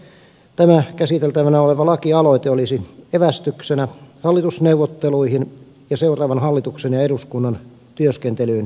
toivon että tämä käsiteltävänä oleva lakialoite olisi evästyksenä hallitusneuvotteluihin ja seuraavan hallituksen ja eduskunnan työskentelyyn